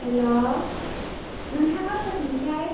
हेल' नोंथाङा सोरमोनथाय